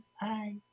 Bye